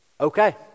okay